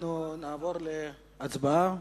אנחנו נעבור להצבעה.